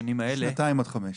שנתיים עד חמש.